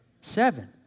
Seven